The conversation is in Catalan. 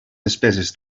despeses